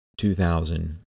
2000